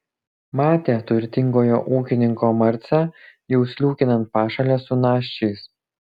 matė turtingojo ūkininko marcę jau sliūkinant pašale su naščiais